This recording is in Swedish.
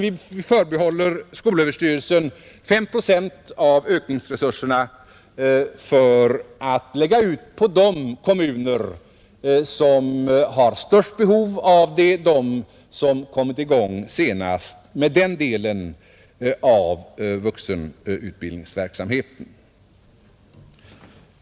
Vi förbehåller alltså skolöverstyrelsen 5 procent av ökningsresurserna för att lägga ut på de kommuner som har störst behov av dem, de som kommit i gång senast med den delen av vuxenutbildningsverksamheten.